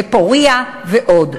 ב"פורייה" ועוד.